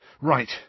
Right